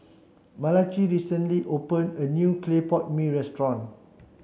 Malachi recently opened a new Clay Pot Mee Restaurant